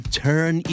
turn